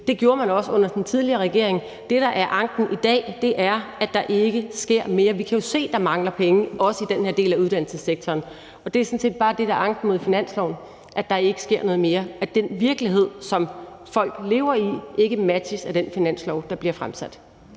Det gjorde man også under den tidligere regering. Det, der er anken i dag, er, at der ikke sker mere. Vi kan jo se, at der mangler penge, også i den her del af uddannelsessektoren, og det er sådan set bare det, der er anken mod finanslovsforslaget: at der ikke sker noget mere, og at den virkelighed, som folk lever i, ikke matches af det finanslovsforslag, der bliver fremsat.